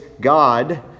God